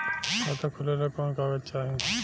खाता खोलेला कवन कवन कागज चाहीं?